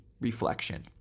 reflection